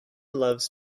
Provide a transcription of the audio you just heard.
loves